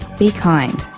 be kind.